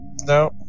No